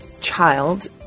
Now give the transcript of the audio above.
child